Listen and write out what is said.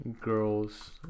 girls